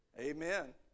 Amen